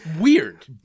weird